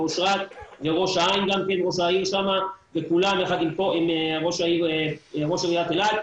ואושרת וראש העין יחד עם ראש העיר אלעד,